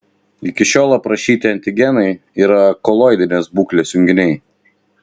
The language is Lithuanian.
iki šiol aprašyti antigenai yra koloidinės būklės junginiai